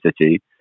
city